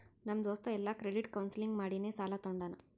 ನಮ್ ದೋಸ್ತ ಎಲ್ಲಾ ಕ್ರೆಡಿಟ್ ಕೌನ್ಸಲಿಂಗ್ ಮಾಡಿನೇ ಸಾಲಾ ತೊಂಡಾನ